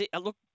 look